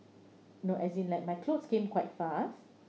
no as in like my clothes came quite fast